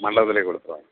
மண்டபத்திலையேக் கொடுப்பாங்க